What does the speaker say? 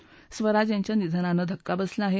सुषमा स्वराज यांच्या निधनाने धक्का बसला आहे